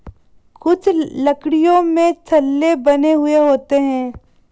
कुछ लकड़ियों में छल्ले बने हुए होते हैं